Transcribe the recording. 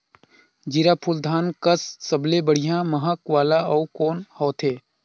जीराफुल धान कस सबले बढ़िया महक वाला अउ कोन होथै?